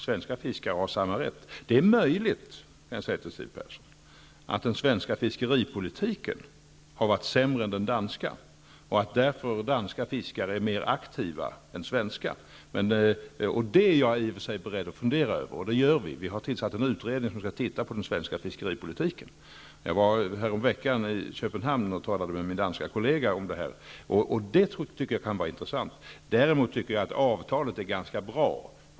Svenska fiskare har enligt detta samma rätt. Det är möjligt, Siw Persson, att den svenska fiskeripolitiken har varit sämre än den danska, och att danska fiskare därför är mer aktiva än svenska. Det är jag i och för sig beredd att fundera över, och det gör vi. Regeringen har tillsatt en utredning som skall titta på på den svenska fiskeripolitiken. Jag var häromveckan i Köpenhamn och talade med min danske kollega om detta. Det tycker jag kan vara intressant. Däremot anser jag att avtalet är ganska bra.